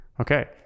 Okay